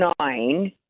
nine